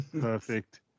perfect